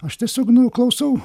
aš tiesiog nu klausau